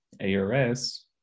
ARS